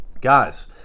guys